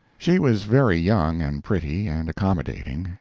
she was very young and pretty and accommodating,